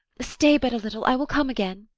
stay but a little, i will come again.